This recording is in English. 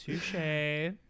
Touche